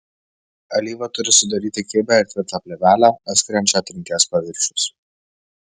alyva turi sudaryti kibią ir tvirtą plėvelę atskiriančią trinties paviršius